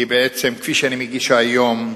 כפי שאני מגישהּ היום,